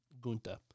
Gunta